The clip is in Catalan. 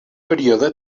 període